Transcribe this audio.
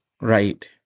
Right